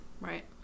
Right